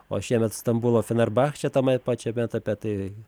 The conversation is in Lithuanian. o šiemet stambulo fenerbahčė tame pačiame etape tai